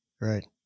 Right